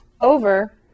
over